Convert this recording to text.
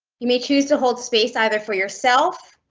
you may choose to hold space either for yourself,